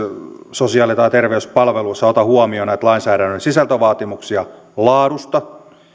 sosiaali tai terveyspalveluissa ota huomioon näitä lainsäädännön sisältövaatimuksia laadusta